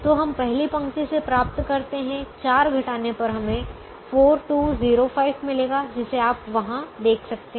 तो हम पहली पंक्ति से प्राप्त करते हैं 4 घटाने पर हमें 4 2 0 5 मिलेगा जिसे आप वहां देख सकते हैं